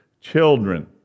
children